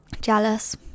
jealous